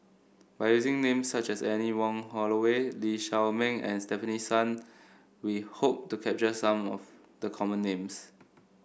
by using names such as Anne Wong Holloway Lee Shao Meng and Stefanie Sun we hope to capture some of the common names